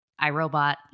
iRobot